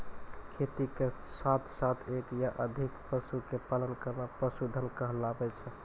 खेती के साथॅ साथॅ एक या अधिक पशु के पालन करना पशुधन कहलाय छै